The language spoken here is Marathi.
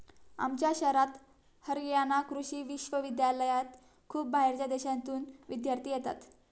आमच्या शहरात हरयाणा कृषि विश्वविद्यालयात खूप बाहेरच्या देशांतून विद्यार्थी येतात